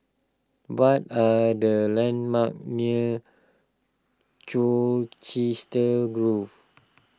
what are the landmarks near Colchester Grove